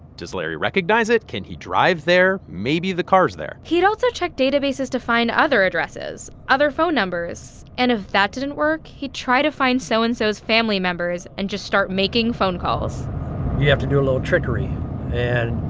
does larry recognize it? can he drive there? maybe the car's there he'd also check databases to find other addresses, other phone numbers. and if that didn't work, he'd try to find so and so so-and-so's family members and just start making phone calls you have to do a little trickery and